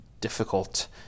difficult